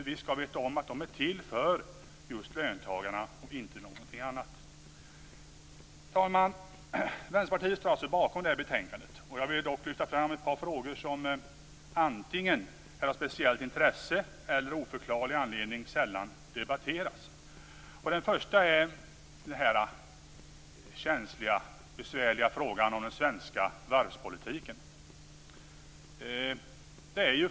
Vi skall veta om att de är till för just löntagarna och inte någonting annat. Fru talman! Vänsterpartiet står bakom betänkandet. Jag vill dock lyfta fram ett par frågor som antingen är av speciellt intresse eller av oförklarlig anledning sällan debatteras. Den första är den känsliga och besvärliga frågan om den svenska varvspolitiken.